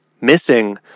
missing